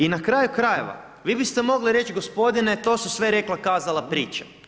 I na kraju krajeva, vi biste mogli reći, gospodine, to su sve, rekla kazala priče.